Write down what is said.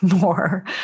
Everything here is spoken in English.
more